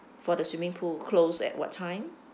for the swimming pool close at what time